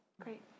Great